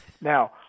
Now